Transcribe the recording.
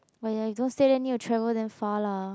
but ya if don't stay there need to travel damn far lah